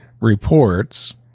reports